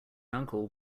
uncle